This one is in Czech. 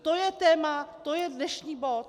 To je téma, to je dnešní bod.